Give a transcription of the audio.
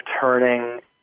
turning